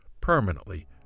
permanently